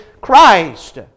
Christ